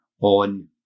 on